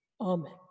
Amen